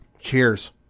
Cheers